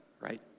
right